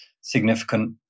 significant